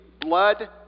blood